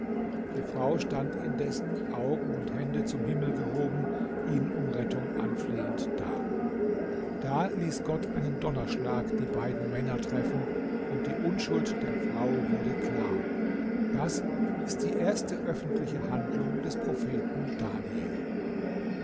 die frau stand indessen augen und hände zum himmel gehoben ihn um rettung anflehend da da ließ gott einen donnerschlag die beiden männer treffen und die unschuld der frau wurde klar das ist die erste öffentliche handlung des propheten daniel